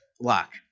lock